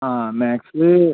ആ മാത്സില്